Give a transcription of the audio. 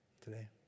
today